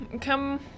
come